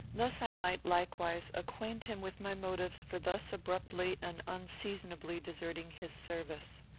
thus i might, likewise, acquaint him with my motives for thus abruptly and unseasonably deserting his service.